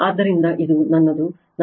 ಆದ್ದರಿಂದ ಇದು ನನ್ನದು 2